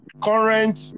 current